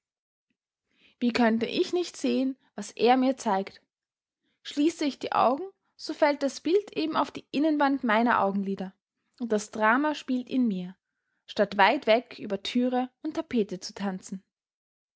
wie könnte ich nicht sehen was er mir zeigt schließe ich die augen so fällt das bild eben auf die innenwand meiner augenlider und das drama spielt in mir statt weit weg über türe und tapete zu tanzen